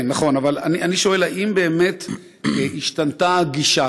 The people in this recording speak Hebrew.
כן, נכון, אבל אני שואל: האם באמת השתנתה הגישה?